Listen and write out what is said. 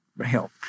help